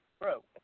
Bro